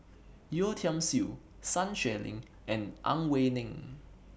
Yeo Tiam Siew Sun Xueling and Ang Wei Neng